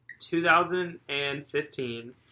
2015